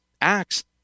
Acts